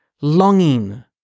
longing